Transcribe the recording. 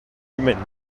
humaine